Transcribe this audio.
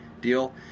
deal